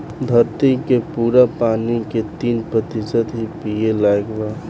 धरती के पूरा पानी के तीन प्रतिशत ही पिए लायक बा